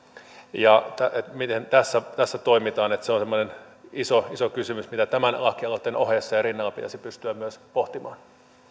ja miten tässä tässä toimitaan se on semmoinen iso iso kysymys mitä tämän lakialoitteen ohessa ja rinnalla pitäisi pystyä myös pohtimaan